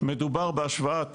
מדובר בהשוואת